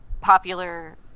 popular